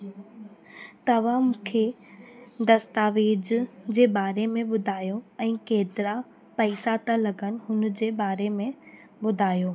तव्हां मूंखे दस्तावेज जे बारे में ॿुधायो ऐं केतिरा पैसा था लॻनि हुन जे बारे में ॿुधायो